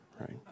right